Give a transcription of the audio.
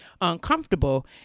uncomfortable